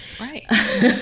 Right